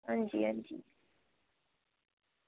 हां जी हां जी